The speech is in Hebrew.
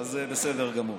אז בסדר גמור.